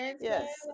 yes